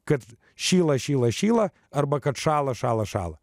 kad šyla šyla šyla arba kad šąla šąla šąla